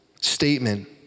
statement